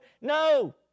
No